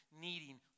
needing